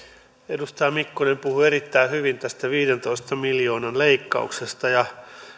edustaja mikkonen puhui erittäin hyvin tästä viidentoista miljoonan leikkauksesta ja